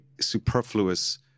superfluous